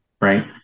right